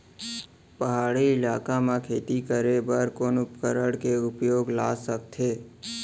पहाड़ी इलाका म खेती करें बर कोन उपकरण के उपयोग ल सकथे?